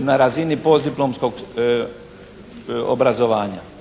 na razini postdiplomskog obrazovanja.